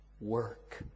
work